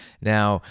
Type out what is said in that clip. Now